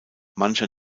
mancher